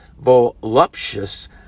voluptuous